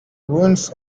ruins